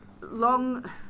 long